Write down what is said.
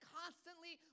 constantly